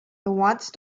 once